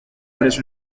varias